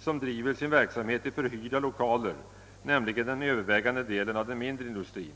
som driver sin verksamhet i förhyrda lokaler, nämligen den övervägande delen av den mindre industrin.